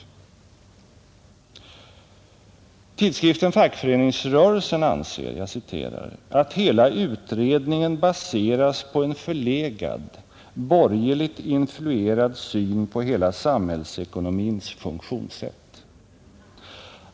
Tidskriften Fackföreningsrörelsen anser ”att hela utredningen baseras på en förlegad, borgerligt influerad syn på hela samhällsekonomins funktionssätt”.